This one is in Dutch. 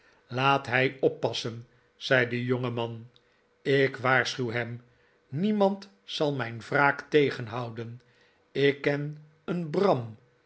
laat hij oppassen zei de jongeman ik waarschuw hem niemand zal mijn wraak tegenhouden ik ken een bram